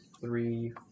three